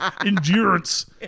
Endurance